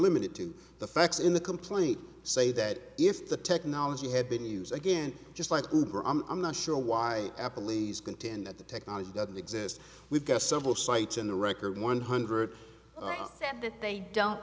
limited to the facts in the complaint say that if the technology had been used again just like i'm not sure why apple lee's contend that the technology doesn't exist we've got several sites in the record one hundred that that they don't